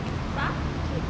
!huh!